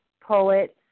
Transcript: poets